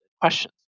questions